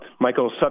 Michael